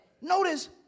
notice